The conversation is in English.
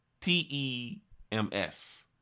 T-E-M-S